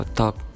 talk